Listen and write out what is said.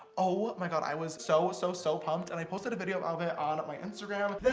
oh my god, i was so, so, so pumped. and i posted a video of it on my instagram.